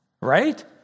Right